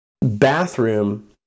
bathroom